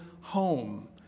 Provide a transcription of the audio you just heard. home